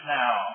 now